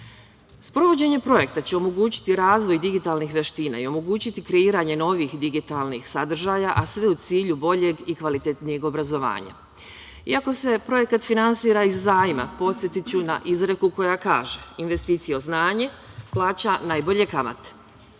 koda. Sprovođenje projekta će omogućiti razvoj digitalnih veština i omogućiti kreiranje novih digitalnih sadržaja, a sve u cilju boljeg i kvalitetnijeg obrazovanja. Iako se projekat finansira iz zajma, podsetiću na izreku koja kaže: „Investicija u znanje plaća najbolje kamate“.